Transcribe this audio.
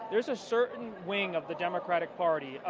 there is a certain wing of the democratic party,